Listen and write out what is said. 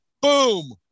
boom